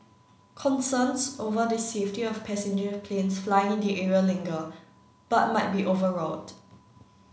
concerns over the safety of passenger planes flying in the area linger but might be overwrought